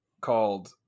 called